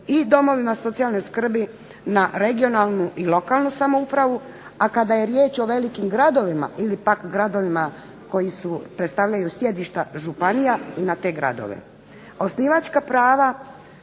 i domovima socijalne skrbi na regionalnu i lokalnu samoupravi, a kada je riječ o velikim gradovima ili gradovima koji predstavljaju sjedišta županija i na te gradove. Osnivačka prava